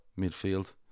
midfield